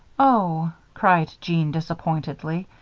oh! cried jean, disappointedly.